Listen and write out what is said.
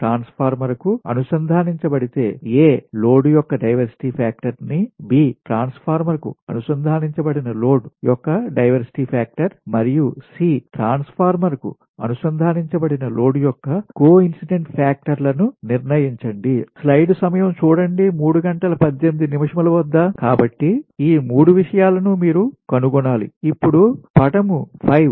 ట్రాన్స్ఫార్మర్కు అనుసంధానించబడితే లోడ్ యొక్క diversity factor ని ట్రాన్స్ఫార్మర్కు అనుసంధానించబడిన లోడ్ యొక్క డైవర్సిటీ ఫాక్టర్ మరియు ట్రాన్స్ఫార్మర్కు అనుసంధానించబడిన లోడ్ యొక్క కోఇన్సిడెన్స్ ఫాక్టర్ లను నిర్ణయించండి కాబట్టి ఈ 3 విషయాలను మీరు కనుగొనాలి ఇప్పుడు పటం 5